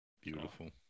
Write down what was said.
Beautiful